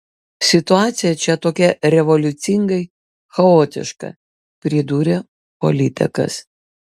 situacija čia tokia revoliucingai chaotiška pridūrė politikas